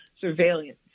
surveillance